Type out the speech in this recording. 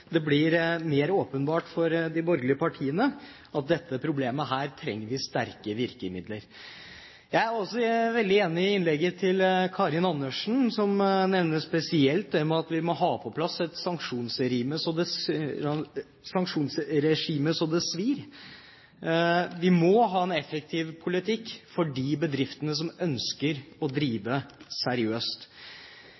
også blir mer åpenbart for de borgerlige partiene at dette problemet trenger sterke virkemidler. Jeg er også veldig enig med Karin Andersen, som i sitt innlegg spesielt nevner det at vi må ha på plass et sanksjonsregime så det svir. Vi må ha en effektiv politikk for de bedriftene som ønsker å